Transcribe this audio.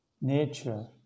nature